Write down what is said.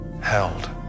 held